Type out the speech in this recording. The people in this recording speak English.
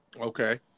Okay